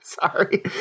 Sorry